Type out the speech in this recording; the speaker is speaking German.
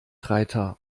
reiter